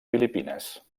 filipines